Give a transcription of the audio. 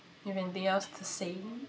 you have anything else to say